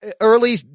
early